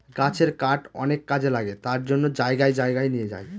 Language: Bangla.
গাছের কাঠ অনেক কাজে লাগে তার জন্য জায়গায় জায়গায় নিয়ে যায়